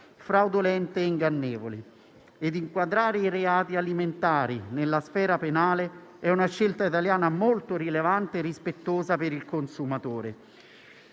fraudolente e ingannevoli. Inquadrare i reati alimentari nella sfera penale è una scelta italiana molto rilevante, rispettosa per il consumatore.